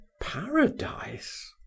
paradise